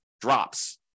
drops